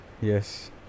Yes